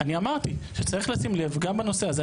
אמרתי שצריך לשים לב גם בנושא הזה.